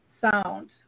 sound